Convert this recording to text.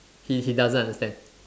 he he doesn't understand